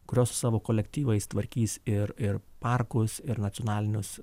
kurios savo kolektyvais tvarkys ir ir parkus ir nacionalinius